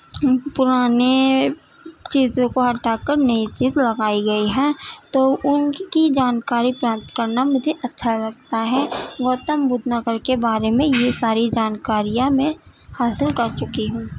پرانے چیزوں کو ہٹا کر نئی چیز لگائی گئی ہے تو ان کی جانکاری پراپت کرنا مجھے اچھا لگتا ہے گوتم بدھ نگر کے بارے میں یہ ساری جانکاریاں میں حاصل کر چکی ہوں